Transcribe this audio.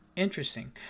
interesting